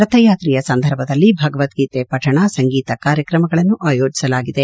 ರಥೆಯಾತ್ರೆಯ ಸಂದರ್ಭದಲ್ಲಿ ಭೆಗವದ್ಗೀತೆ ಪಠಣ ಸಂಗೀತ ಕಾರ್ಯಕ್ರಮಗಳನ್ನು ಆಯೋಜಿಸಲಾಗಿದೆ